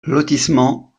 lotissement